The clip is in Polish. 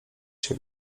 się